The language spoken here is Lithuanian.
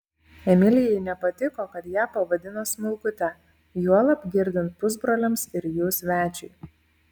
emilijai nepatiko kad ją pavadino smulkute juolab girdint pusbroliams ir jų svečiui